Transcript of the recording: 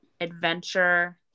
adventure